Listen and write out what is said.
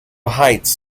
heights